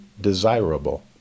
desirable